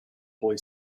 boy